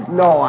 no